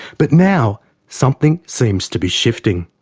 but now something seems to be shifting.